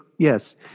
Yes